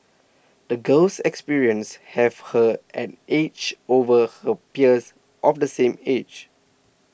the girl's experiences have her an edge over her peers of the same age